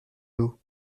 d’eau